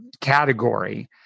category